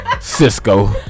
Cisco